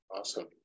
awesome